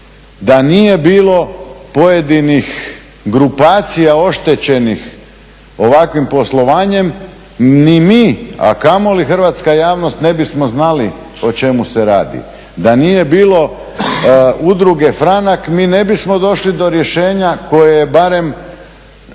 Da nije bilo pojedinih grupacija oštećenih ovakvim poslovanjem ni mi, a kamoli hrvatska javnost ne bismo znali o čemu se radi. Da nije bilo Udruge "Franak" mi ne bismo došli do rješenja koje je barem